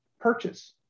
purchase